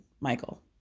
Michael